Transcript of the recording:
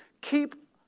keep